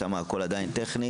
שם הכול טכני.